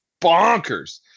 bonkers